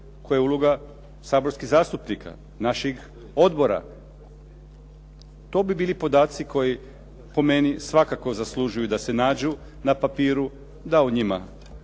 Koja je uloga saborskih zastupnika, naših odbora? To bi bili podaci koji po meni svakako zaslužuju da se nađu na papiru, da o njima